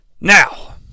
Now